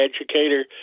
educator